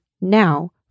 now